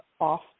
off